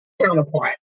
counterpart